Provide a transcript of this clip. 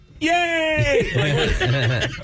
yay